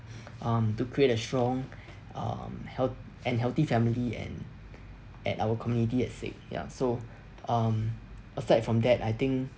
um to create a strong um healt~ and healthy family and at our community at sake ya so um aside from that I think